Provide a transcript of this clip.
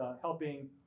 helping